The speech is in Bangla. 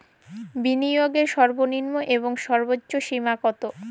বিনিয়োগের সর্বনিম্ন এবং সর্বোচ্চ সীমা কত?